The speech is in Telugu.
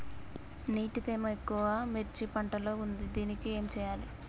నీటి తేమ ఎక్కువ మిర్చి పంట లో ఉంది దీనికి ఏం చేయాలి?